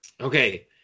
Okay